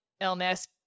illness